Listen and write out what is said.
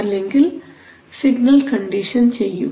അല്ലെങ്കിൽ signal condition ചെയ്യും